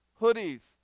hoodies